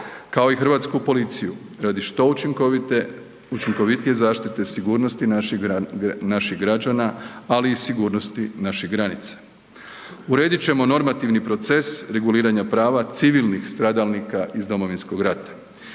kao i hrvatsku policiju radi što učinkovite, učinkovitije zaštite sigurnosti naših gađana, ali i sigurnosti naših granica. Uredit ćemo normativni proces reguliranja prava civilnih stradalnika iz Domovinskog rata,